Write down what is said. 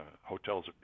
Hotels